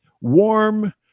warm